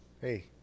Hey